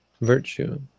Virtue